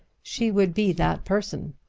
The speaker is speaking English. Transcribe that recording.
she would be that person.